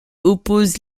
oppose